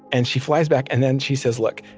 and she flies back and then she says, look,